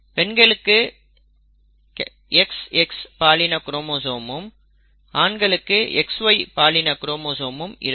பெண்களுக்கு XX பாலின குரோமோசோமும் ஆண்களுக்கு XY பாலின குரோமோசோமும் இருக்கும்